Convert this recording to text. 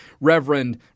Reverend